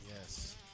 Yes